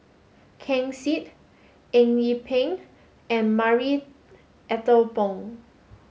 Ken Seet Eng Yee Peng and Marie Ethel Bong